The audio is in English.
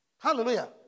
hallelujah